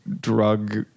drug